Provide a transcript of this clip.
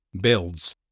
builds